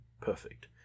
perfect